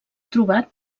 trobat